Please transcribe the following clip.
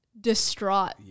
distraught